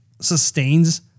sustains